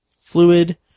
fluid